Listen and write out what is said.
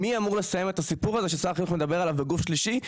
מי אמור לסיים את הסיפור הזה ששר החינוך מדבר עליו בגוף שלישי,